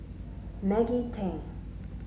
Maggie Teng